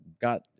got